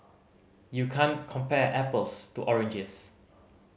you can't compare apples to oranges